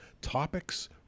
topics